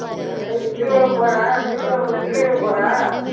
நைட்டுக்கு கிரிவலம் போகிறேன் திருவண்ணாமலை கிரிவலம் போகிறேன்